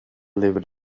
lived